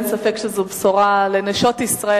ואין ספק שזאת בשורה לנשות ישראל.